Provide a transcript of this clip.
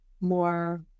more